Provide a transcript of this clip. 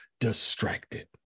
distracted